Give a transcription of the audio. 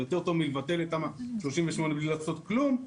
זה יותר טוב מלבטל את תמ"א 38 בלי לעשות כלום.